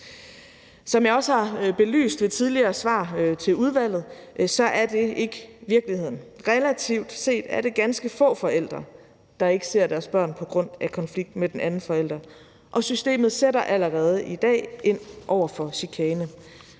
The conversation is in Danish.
Som jeg også har belyst i tidligere svar til udvalget, er det ikke virkeligheden. Relativt set er det ganske få forældre, der ikke ser deres børn på grund af konflikt med den anden forælder, og systemet sætter allerede i dag ind over for chikane.